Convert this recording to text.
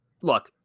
look